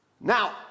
Now